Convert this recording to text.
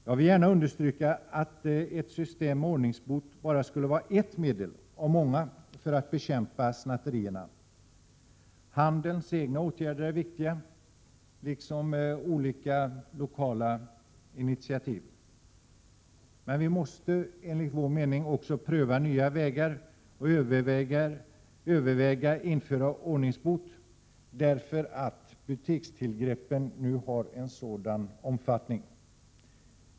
Jag vill gärna understryka att ett system med ordningsbot bara skulle vara ett medel av många för att bekämpa snatterierna. Handelns egna åtgärder är viktiga liksom olika lokala initiativ. Men vi måste också pröva nya vägar och överväga att införa ordningsbot därför att butikstillgreppen nu har en sådan omfattning.